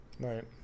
Right